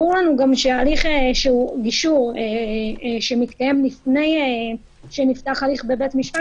ברור לנו גם שהליך גישור שמתקיים לפני שנפתח הליך בבית משפט